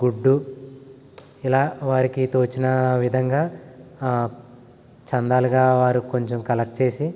గుడ్డు ఇలా వారికి తోచిన విధంగా చందాలుగా వారు కొంచెం కలెక్ట్ చేసి